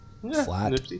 Flat